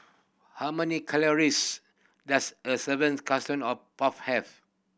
how many calories does a puff have